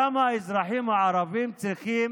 למה האזרחים הערבים צריכים